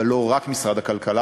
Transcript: אבל לא רק משרד הכלכלה,